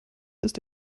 ist